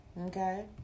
Okay